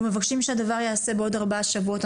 אנחנו מבקשים שהדבר ייעשה בעוד ארבעה שבועות.